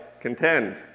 contend